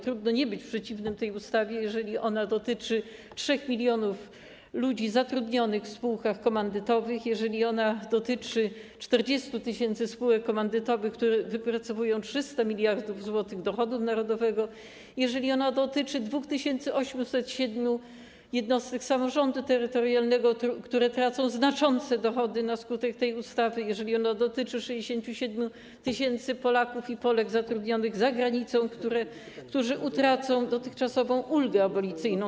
Trudno nie być przeciwnym tej ustawie, jeżeli ona dotyczy 3 mln ludzi zatrudnionych w spółkach komandytowych, jeżeli ona dotyczy 40 tys. spółek komandytowych, które wypracowują 300 mld zł dochodu narodowego, jeżeli ona dotyczy 2807 jednostek samorządu terytorialnego, które tracą znaczące dochody na skutek jej wejścia w życie, jeżeli ona dotyczy 67 tys. Polaków i Polek zatrudnionych za granicą, którzy utracą dotychczasową ulgę abolicyjną.